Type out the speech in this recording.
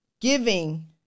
giving